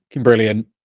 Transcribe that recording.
brilliant